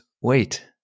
wait